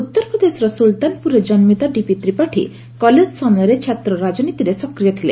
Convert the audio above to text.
ଉତ୍ତର ପ୍ରଦେଶର ସୁଲ୍ତାନପୁରରେ କନ୍କିତ ଡିପି ତ୍ରିପାଠୀ କଲେଜ ସମୟରେ ଛାତ୍ର ରାଜନୀତିରେ ସକ୍ରିୟ ଥିଲେ